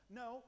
no